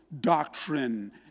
doctrine